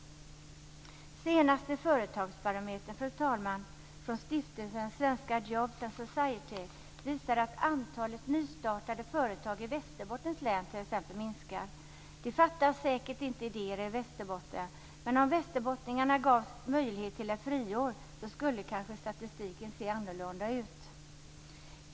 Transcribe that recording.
Den senaste företagsbarometern från stiftelsen Svenska Jobs and Society visar att antalet nystartade företag i Västerbottens län minskar. Det fattas säkert inte idéer i Västerbotten, men om västerbottningarna gavs möjlighet till ett friår skulle kanske statistiken se annorlunda ut.